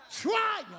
try